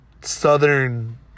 southern